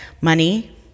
money